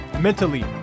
mentally